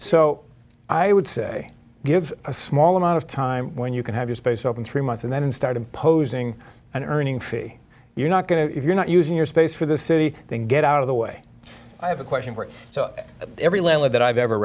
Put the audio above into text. so i would say give a small amount of time when you can have your space open three months and then start imposing and earning fifty you're not going to if you're not using your space for the city then get out of the way i have a question where so every lead that i've ever